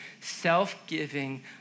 self-giving